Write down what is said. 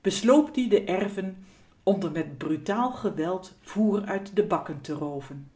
besloop ie de erven om r met brutaal geweld voer uit de bakken te rooven